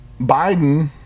Biden